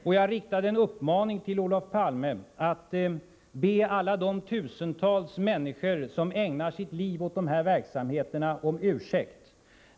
Och jag riktade en uppmaning till Olof Palme att be alla de tusentals människor som ägnar sitt liv åt de här verksamheterna om ursäkt.